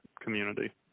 community